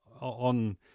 on